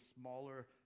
smaller